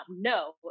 No